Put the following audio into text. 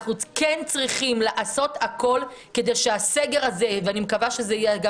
אנחנו צריכים לעשות הכול כדי שהסגר הזה ואני מקווה שזה יהיה גם